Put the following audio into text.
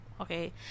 okay